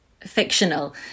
fictional